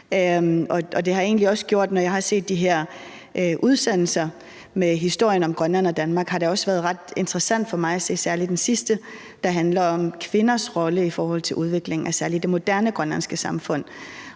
Når jeg har set de her udsendelser med historien om Grønland og Danmark, har det været ret interessant for mig at se særlig den sidste, der handler om kvinders rolle i forhold til udviklingen af det moderne grønlandske samfund,